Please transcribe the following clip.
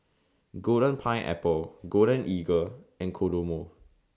Golden Pineapple Golden Eagle and Kodomo